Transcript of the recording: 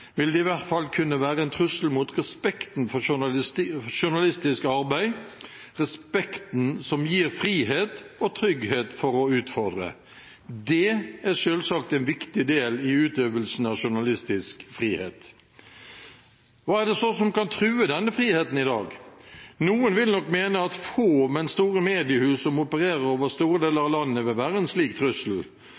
vil det i hvert fall kunne være en trussel mot respekten for journalistisk arbeid – respekten som gir frihet og trygghet for å utfordre. Det er selvsagt en viktig del i utøvelsen av journalistisk frihet. Hva er det så som kan true denne friheten i dag? Noen vil nok mene at få, men store mediehus, som opererer over store deler av landet, vil være en slik trussel,